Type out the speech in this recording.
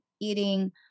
eating